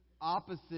opposite